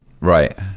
right